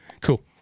Cool